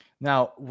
Now